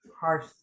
harsh